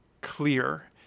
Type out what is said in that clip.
clear